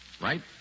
right